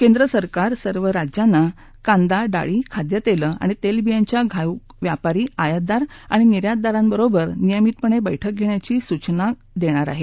केंद्र सरकार सर्व राज्यांना कांदा डाळी खाद्य तेल आणि तेलवियांच्या घाऊक व्यापारी आयातदार आणि निर्यातदारांबरोबर नियमितपणे बैठक घेण्याची सूचना देणार आहे